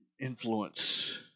influence